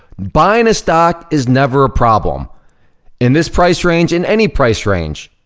buying a stock is never a problem in this price range, in any price range.